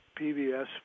PBS